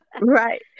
Right